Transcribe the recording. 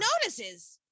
notices